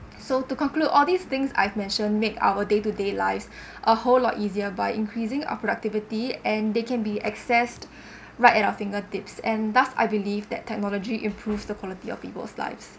so to conclude all these things I've mentioned make our day to day lives a whole lot easier by increasing our productivity and they can be accessed right at our fingertips and thus I believe that technology improve the quality of people's lives